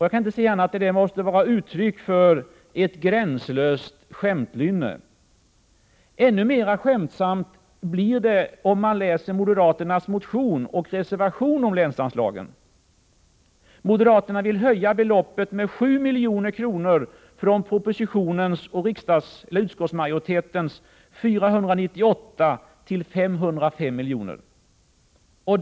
Jag kan inte se annat än att det måste vara uttryck för ett gränslöst skämtlynne. Ännu mera skämtsamt blir det om man läser moderaternas motion och reservation om länsanslagen. Moderaterna vill nämligen höja beloppet med 7 milj.kr., från propositionens och utskottsmajoritetens 498 till 505 milj.kr.